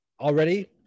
already